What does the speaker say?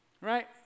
right